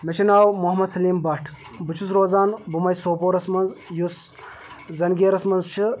مےٚ چھُ ناو محمد سلیٖم بٹ بہٕ چھُس روزان بُمَے سوپورَس منٛز یُس زَںگیٖرَس منٛز چھِ